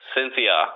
Cynthia